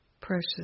precious